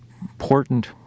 important